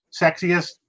sexiest